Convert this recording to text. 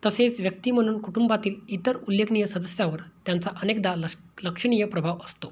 तसेच व्यक्ती म्हणून कुटुंबातील इतर उल्लेखनीय सदस्यांवर त्यांचा अनेकदा लश् लक्षणीय प्रभाव असतो